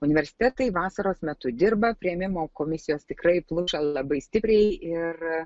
universitetai vasaros metu dirba priėmimo komisijos tikrai pluša labai stipriai ir